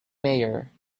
mayor